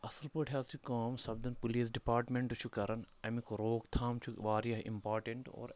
اَصٕل پٲٹھۍ حظ چھِ کٲم سَپدان پُلیٖس ڈِپاٹمٮ۪نٛٹ چھُ کَران اَمیُک روک تھام چھُ واریاہ اِمپاٹٮ۪نٛٹ اور